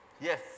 Yes